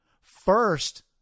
first